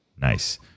Nice